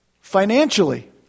financially